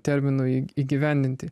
terminui įgyvendinti